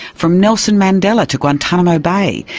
from nelson mandela to guantanamo bay,